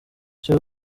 cye